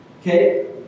okay